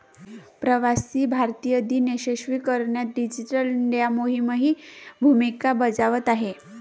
प्रवासी भारतीय दिन यशस्वी करण्यात डिजिटल इंडिया मोहीमही भूमिका बजावत आहे